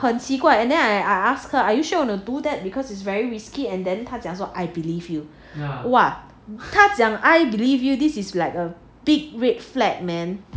很奇怪 then I ask her if you want to do that because it's very risky and then 他说 I believe you !wah! 他讲 I believe you this is like a big red flag you know